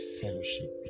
fellowship